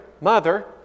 mother